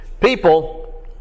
people